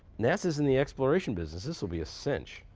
nasa's in the exploration business. this will be a cinch.